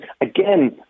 again